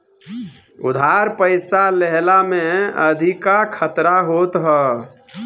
उधार पईसा लेहला में अधिका खतरा होत हअ